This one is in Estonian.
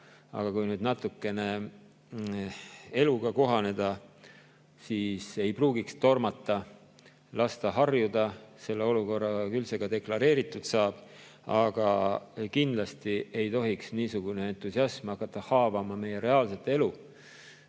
Aga kui nüüd natukene eluga kohaneda, siis ei pruugiks tormata, tuleks lasta harjuda selle olukorraga, küll see [saak] ka deklareeritud saab. Kindlasti ei tohiks niisugune entusiasm hakata haavama meie reaalset elu.